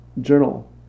journal